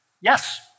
Yes